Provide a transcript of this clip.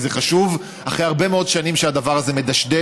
זה חשוב, אחרי הרבה מאוד שנים שהדבר הזה מדשדש.